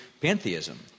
pantheism